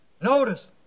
Notice